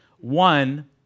One